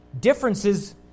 differences